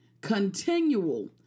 continual